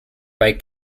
bei